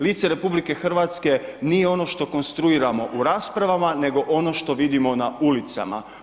Lice RH nije ono što konstruiramo u raspravama nego ono što vidimo na ulicama.